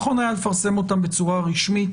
נכון היה לפרסם אותם בצורה רשמית.